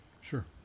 Sure